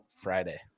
Friday